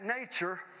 nature